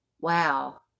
wow